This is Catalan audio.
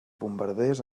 bombarders